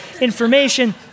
information